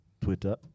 Twitter